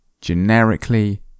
Generically